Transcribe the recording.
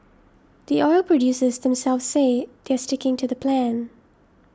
the oil producers themselves say they're sticking to the plan